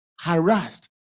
harassed